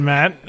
Matt